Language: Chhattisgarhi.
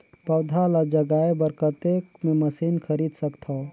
पौधा ल जगाय बर कतेक मे मशीन खरीद सकथव?